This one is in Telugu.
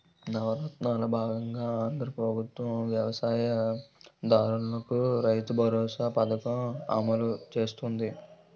నవరత్నాలలో బాగంగా ఆంధ్రా ప్రభుత్వం వ్యవసాయ దారులకు రైతుబరోసా పథకం అమలు చేస్తుంది